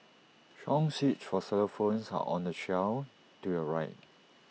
song sheets for xylophones are on the shelf to your right